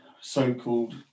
so-called